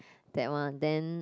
that one then